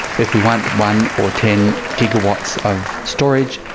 if we want one or ten gigawatts of storage,